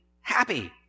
happy